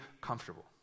comfortable